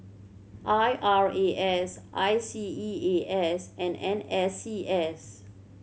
I R A S I C E A S and N S C S